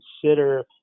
consider